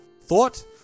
thought